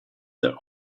their